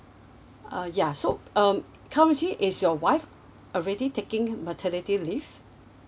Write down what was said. uh ya so um currently is your wife already taking maternity leave